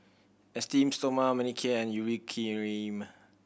Esteem Stoma Manicare and Urea Cream